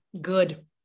good